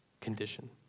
condition